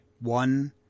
one